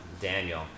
Daniel